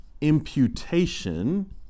imputation